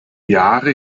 jahre